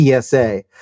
PSA